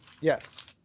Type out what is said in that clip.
Yes